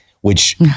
which-